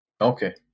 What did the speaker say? Okay